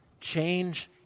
Change